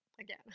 Again